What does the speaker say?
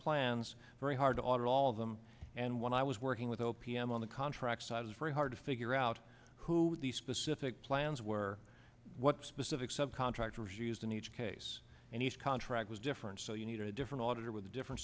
plans very hard to audit all of them and when i was working with o p m on the contract side it's very hard to figure out who the specific plans were what specific sub contractor was used in each case and each contract was different so you needed a different auditor with a different